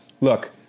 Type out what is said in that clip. look